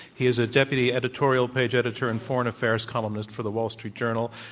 he is a deputy editorial page editor and foreign affairs columnist for the wall street journal,